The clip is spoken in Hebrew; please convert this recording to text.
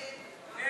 ההסתייגות (15) של